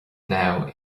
now